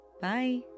Bye